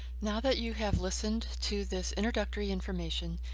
now that you have listened to this introductory information,